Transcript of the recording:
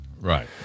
Right